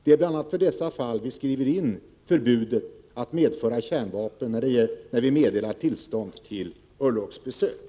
Det är bl.a. för dessa fall vi skriver in förbudet att medföra kärnvapen när vi meddelar tillstånd för örlogsbesök.